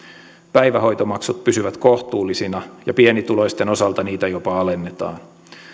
päivähoitomaksut pysyvät kohtuullisina ja pienituloisten osalta niitä jopa alennetaan